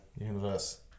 universe